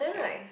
yeah